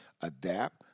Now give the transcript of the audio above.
adapt